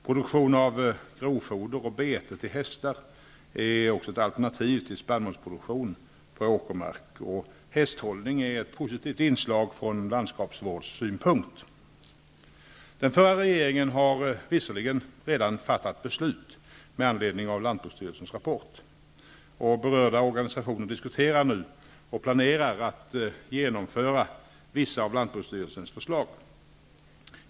Produktion av grovfoder och bete till hästar är ett alternativ till spannmålsproduktion på åkermark, och hästhållning är ett positivt inslag från landskapsvårdssynpunkt. Den förra regeringen har visserligen redan fattat beslut med anledning av lantbruksstyrelsens rapport. Berörda organisationer diskuterar nu och planerar att genomföra vissa av lantbruksstyrelsens förslag.